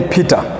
Peter